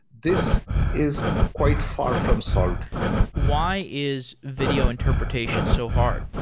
this is quite far from solved why is video interpretation so hard?